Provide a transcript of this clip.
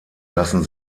lassen